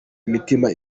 imitima